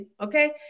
okay